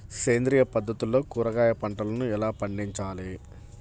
సేంద్రియ పద్ధతుల్లో కూరగాయ పంటలను ఎలా పండించాలి?